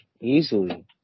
Easily